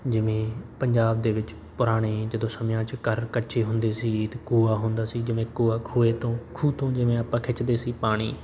ਜਿਵੇਂ ਪੰਜਾਬ ਦੇ ਵਿੱਚ ਪੁਰਾਣੇ ਜਦੋਂ ਸਮਿਆਂ 'ਚ ਘਰ ਕੱਚੇ ਹੁੰਦੇ ਸੀ ਅਤੇ ਕੂਆ ਹੁੰਦਾ ਸੀ ਜਿਵੇਂ ਕੂਆ ਖੋਏ ਤੋਂ ਖੂਹ ਤੋਂ ਜਿਵੇਂ ਆਪਾਂ ਖਿੱਚਦੇ ਸੀ ਪਾਣੀ